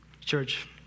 church